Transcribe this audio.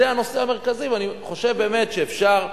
זה הנושא המרכזי, ואני חושב באמת שאפשר,